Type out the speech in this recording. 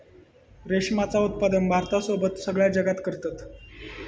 रेशमाचा उत्पादन भारतासोबत सगळ्या जगात करतत